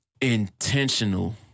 intentional